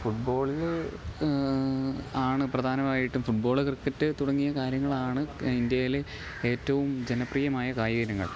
ഫുട് ball ആണ് പ്രധാനമായിട്ടും football cricket തുടങ്ങിയ കാര്യങ്ങളാണ് ഇൻഡ്യയില് ഏറ്റവും ജനപ്രിയമായ കായികയിനങ്ങൾ